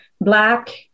Black